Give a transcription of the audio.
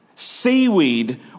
Seaweed